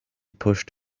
pushed